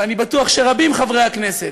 אני בטוח שרבים חברי הכנסת,